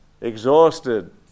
exhausted